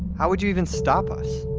how would you even stop us?